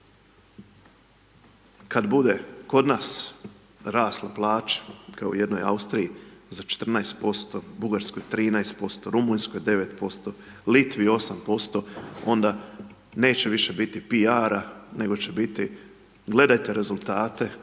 Kad bude kod nas rasla plaća kao u jednoj Austriji za 14%, Bugarskoj 13%, Rumunjskoj 9%, Litvi 8%, onda neće više biti piara, nego će biti gledajte rezultate